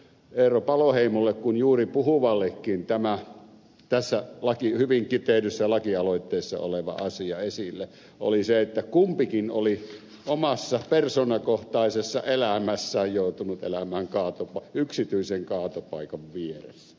eero paloheimolle kuin juuri puhuvallekin tämä tässä hyvin kiteytetyssä lakialoitteessa oleva asia esille oli se että kumpikin oli omassa persoonakohtaisessa elämässään joutunut elämään yksityisen kaatopaikan vieressä